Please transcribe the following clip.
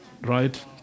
Right